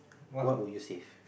what would you save